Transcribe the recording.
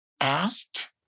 asked